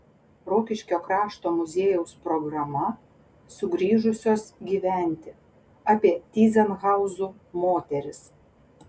rokiškio krašto muziejaus programa sugrįžusios gyventi apie tyzenhauzų moteris